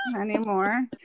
anymore